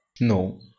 No